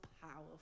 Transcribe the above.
powerful